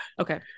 okay